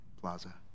plaza